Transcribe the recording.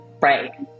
right